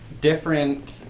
different